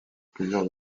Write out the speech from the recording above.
plusieurs